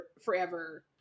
forever